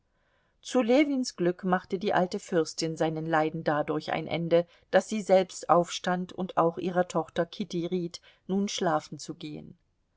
zu ljewins glück machte die alte fürstin seinen leiden dadurch ein ende daß sie selbst aufstand und auch ihrer tochter kitty riet nun schlafen zu gehen